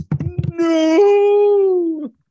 No